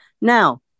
Now